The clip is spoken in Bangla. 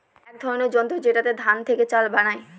এক ধরনের যন্ত্র যেটাতে ধান থেকে চাল বানায়